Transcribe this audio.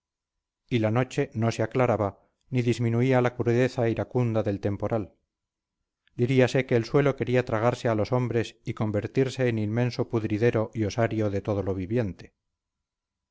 y la noche no se aclaraba ni disminuía la crudeza iracunda del temporal diríase que el suelo quería tragarse a los hombres y convertirse en inmenso pudridero y osario de todo lo viviente